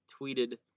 tweeted